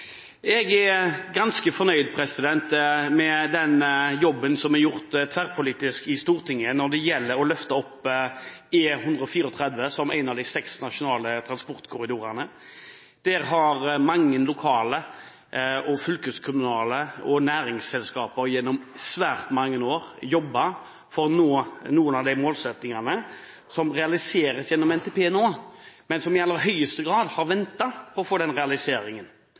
utgangspunkt – ganske optimistisk når det gjelder hva som kommer etter september. Jeg er ganske fornøyd med jobben som er gjort tverrpolitisk i Stortinget med hensyn til å løfte opp E134, som er en av de seks nasjonale transportkorridorene. Mange kommuner, fylkeskommuner og næringsselskaper har gjennom svært mange år jobbet for å nå målsettingene som nå realiseres gjennom NTP. Men de har i høyeste grad ventet på denne realiseringen.